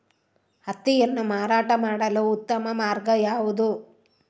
ಹತ್ತಿಯನ್ನು ಮಾರಾಟ ಮಾಡಲು ಉತ್ತಮ ಮಾರ್ಗ ಯಾವುದು?